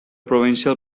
provincial